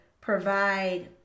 provide